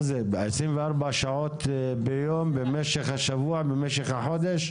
24 שעות ביום במשך השבוע, במשך החודש?